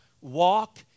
walk